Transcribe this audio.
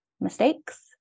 mistakes